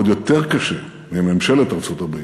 ועוד יותר קשה מממשלת ארצות-הברית,